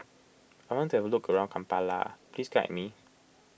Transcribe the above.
I want to have a look around Kampala please guide me